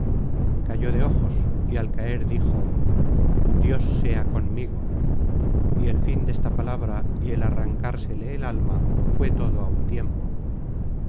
cayó de ojos y al caer dijo dios sea conmigo y el fin desta palabra y el arrancársele el alma fué todo á un tiempo